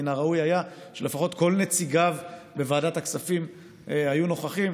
מן הראוי היה שלפחות כל נציגיו בוועדת הכספים היו נוכחים.